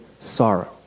sorrow